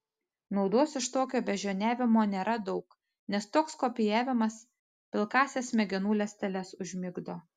naudos iš tokio beždžioniavimo nėra daug nes toks kopijavimas pilkąsias smegenų ląsteles užmigdo